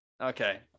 Okay